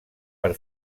per